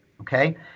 okay